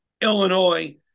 Illinois